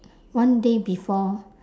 one day before